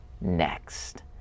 next